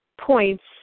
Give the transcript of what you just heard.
points